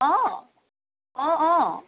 অঁ অঁ অঁ